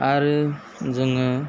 आरो जोङो